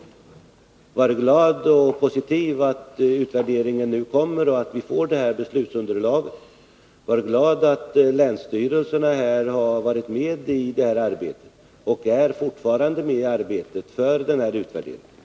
Men var glad och positiv till att utvärderingen nu kommer att redovisas och att vi får ett beslutsunderlag! Var glad att länsstyrelserna har varit med och är med i arbetet vad gäller utvärderingen.